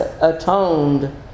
atoned